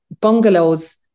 bungalows